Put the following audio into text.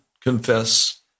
confess